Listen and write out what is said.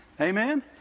Amen